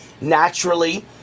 naturally